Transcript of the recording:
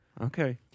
Okay